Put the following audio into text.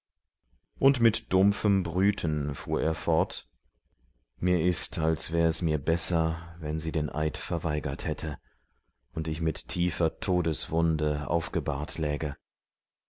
und mit dumpfem brüten fuhr er fort mir ist als wär es mir besser wenn sie den eid verweigert hätte und ich mit tiefer todeswunde aufgebahrt läge